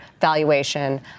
valuation